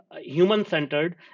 human-centered